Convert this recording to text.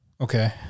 Okay